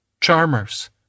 charmers